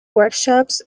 workshops